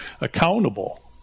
accountable